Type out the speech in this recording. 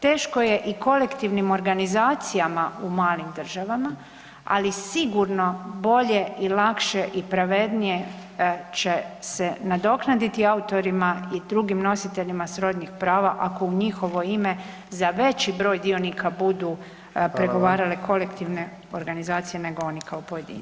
Teško je i kolektivnim organizacijama u malim državama ali sigurno bolje i lakše i pravednije će se nadoknaditi autorima i drugim nositeljima srodnih prava ako u njihovo ime za veći broj dionika budu pregovarale kolektivne organizacije nego kao oni kao pojedinci.